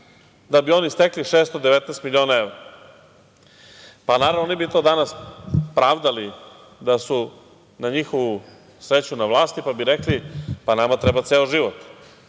da bi oni stekli 619 miliona evra. Naravno, oni bi to danas pravdali, da su na njihovu sreću na vlasti, pa bi rekli – pa nama treba ceo život.